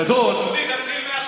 דודי, תתחיל מהתחלה.